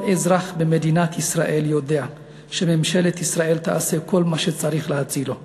כל אזרח במדינת ישראל יודע שממשלת ישראל תעשה כל מה שצריך להצילו,